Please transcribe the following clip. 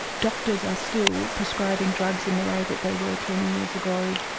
doctors are still prescribing drugs in the way that they were ten years ago,